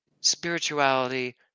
spirituality